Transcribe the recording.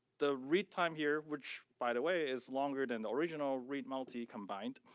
the read time here, which by the way, is longer than the original read multi combined,